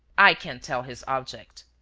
i can't tell his object.